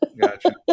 Gotcha